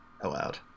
allowed